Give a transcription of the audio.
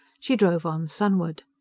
she drove on sunward.